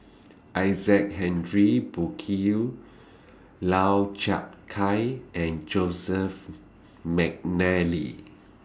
Isaac Henry Burkill Lau Chiap Khai and Joseph Mcnally